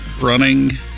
running